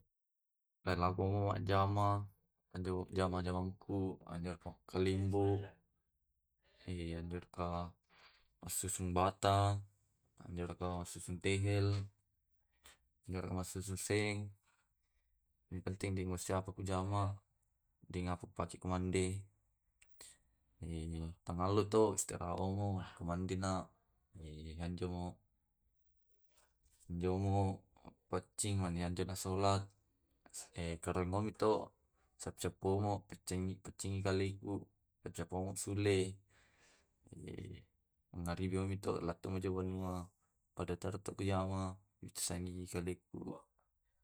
Lelaloko majjama, anjo jama jama muku anjo kalimbo anjor ka ka susun bata, anjor ka ka susun tehel, anjor massusung seng, yang penting de muasau pujama. Deng apuk paci ku mande tangallo to istirahat ongo ko mande na jo mo jongo paccing mane anja na solat e karaemomi to cappu cappunu paccingi pacingi kaleku pacingi sellei narigi mi to laktu ma ja banua padatara taktuyama kaleku.